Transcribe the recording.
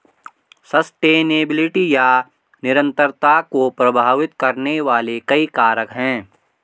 sustainability या निरंतरता को प्रभावित करने वाले कई कारक हैं